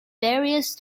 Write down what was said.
various